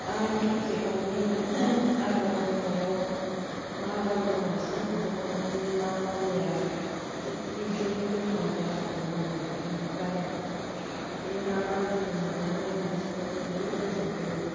आं सानसेखालि आग्रां दैमायाव ना बारलि मासे मोनदोंमोन बे ना बारलिया एक केजिनि जखन जादोंमोन आरो बेनिफ्राय बे ना बारलिखौ मोननानै आं गोसोखौ जोबोद गोजोनदोंमोन